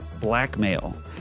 blackmail